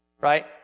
Right